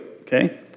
okay